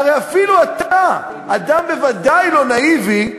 הרי אפילו אתה, אדם בוודאי לא נאיבי,